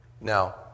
Now